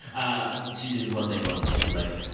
ah she did this one thing once where she was like,